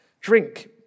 drink